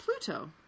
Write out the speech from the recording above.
Pluto